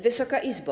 Wysoka Izbo!